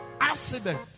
accident